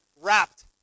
wrapped